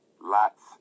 lots